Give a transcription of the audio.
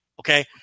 Okay